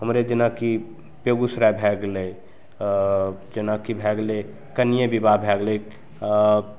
हमरे जेनाकि बेगूसराय भै गेलै जेनाकि भै गेलै कनिए विवाह भै गेलै